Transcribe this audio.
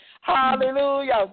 Hallelujah